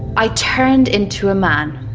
i turned into a man.